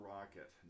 Rocket